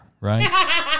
right